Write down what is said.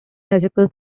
musical